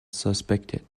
suspected